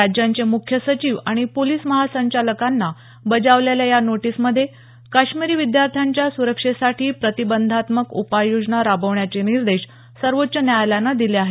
राज्यांचे मुख्य सचिव आणि पोलिस महासंचालकांना बजावलेल्या या नोटीसमध्ये काश्मिरी विद्यार्थ्यांच्या सुरक्षेसाठी प्रतिबंधात्मक उपाययोजना राबवण्याचे निर्देश सर्वोच्च न्यायालयानं दिले आहेत